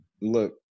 look